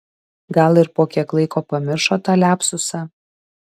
gal ir po kiek laiko pamiršo tą liapsusą